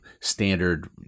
standard